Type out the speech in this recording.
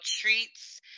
treats